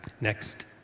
Next